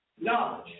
knowledge